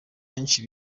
benshi